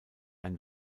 ein